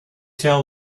tell